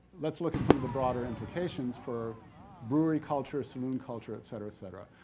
let's look at some of the broader implications for brewery culture, saloon culture, et cetera, et cetera.